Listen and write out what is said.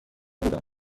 بودم